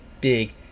big